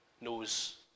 knows